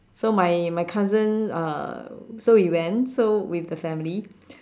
so my my cousin uh so we went so with the family